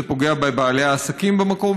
זה פוגע בבעלי העסקים במקום,